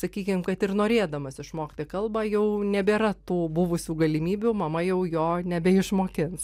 sakykim kad ir norėdamas išmokti kalbą jau nebėra tų buvusių galimybių mama jau jo nebeišmokins